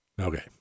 Okay